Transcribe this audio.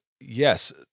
yes